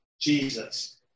Jesus